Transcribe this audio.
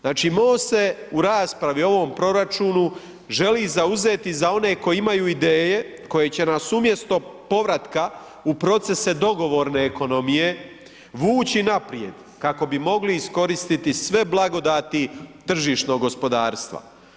Znači MOST se u raspravi o ovom proračunu želi zauzeti za one koji imaju ideje, koji će nas umjesto povratka u procese dogovorne ekonomije vući naprijed kako bi mogli iskoristiti sve blagodati tržišnog gospodarstva.